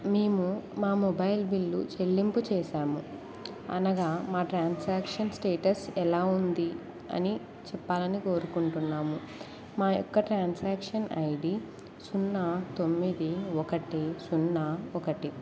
మేము మా mobile bill చెల్లింపు చేసాము అనగా మా ట్రాన్సాక్షన్ స్టేటస్ ఎలా ఉంది అని చెప్పాలని కోరుకుంటున్నాము మా యొక్క ట్రాన్సాక్షన్ ఐడి సున్నా తొమ్మిది ఒకటి సున్నా ఒకటి